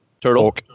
Turtle